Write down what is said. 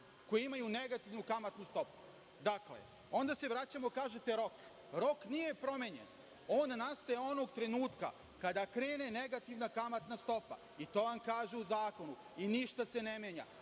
koje imaju negativnu kamatnu stopu. Dakle, onda se vraćamo, kažete - rok. Rok nije promenjen. On nastaje onog trenutka kada krene negativna kamatna stopa i to vam kaže u zakonu i ništa se ne menja,